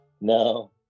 No